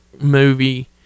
movie